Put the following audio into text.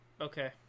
Okay